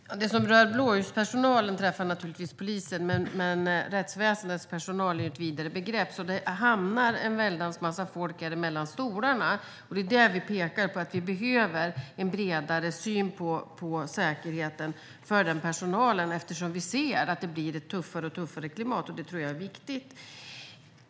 Herr talman! Det som rör blåljuspersonalen träffar naturligtvis polisen, men rättsväsendets personal är ett vidare begrepp. En väldans massa folk hamnar mellan stolarna. Det är det vi pekar på. Vi behöver en bredare syn på säkerheten för den personalen eftersom vi ser att det blir ett tuffare klimat. Det tror jag är viktigt.